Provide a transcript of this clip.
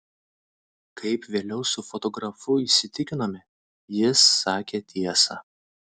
kaip vėliau su fotografu įsitikinome jis sakė tiesą